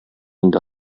инде